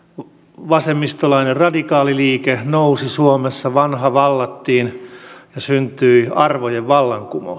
vasemmistolainen radikaaliliike nousi suomessa vanha vallattiin ja syntyi arvojen vallankumous